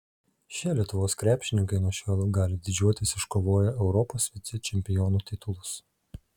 šie lietuvos krepšininkai nuo šiol gali didžiuotis iškovoję europos vicečempionų titulus